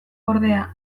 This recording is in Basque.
ordea